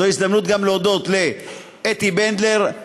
זו הזדמנות גם להודות לאתי בנדלר,